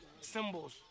symbols